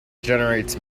generates